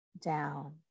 down